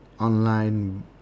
online